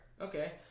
Okay